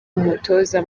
umutoza